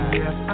yes